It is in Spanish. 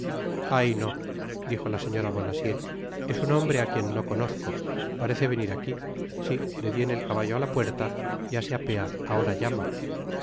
ay no dijo la señora bonacieux es un hombre á quien no conozco parece venir aqui si detiene el caballo á la puerta ya se apea ahora llama